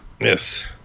yes